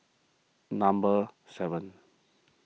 number seven